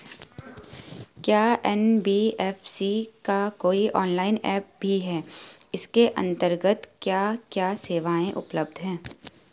क्या एन.बी.एफ.सी का कोई ऑनलाइन ऐप भी है इसके अन्तर्गत क्या क्या सेवाएँ उपलब्ध हैं?